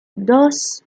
thus